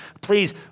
Please